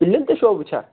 پیلیٚن تہِ چھِوا وُچھان